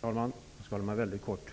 Fru talman! Jag skall fatta mig mycket kort.